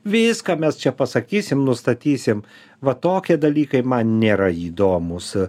viską mes čia pasakysim nustatysim va tokie dalykai man nėra įdomūs